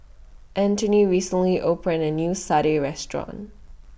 Anthoney recently opened A New Satay Restaurant